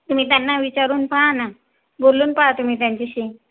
तुम्ही त्यांना विचारून पाहा ना बोलून पाहते मी त्यांच्याशी